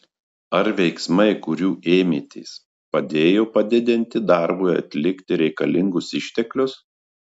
ar veiksmai kurių ėmėtės padėjo padidinti darbui atlikti reikalingus išteklius